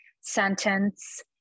sentence